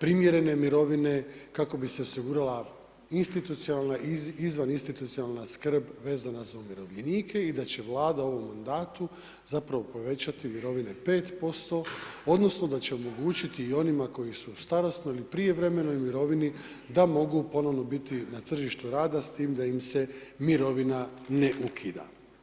primjerene mirovine, kako bi se osigurala institucionalna, izvan institucionalna skrb vezana za umirovljenike i da će Vlada u ovom mandatu zapravo povećati mirovine 5% odnosno da će omogućiti i onima koji su u starosnoj ili prijevremenoj mirovini da mogu ponovno biti na tržištu rada s time da im se mirovina ne ukida.